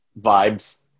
vibes